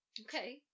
Okay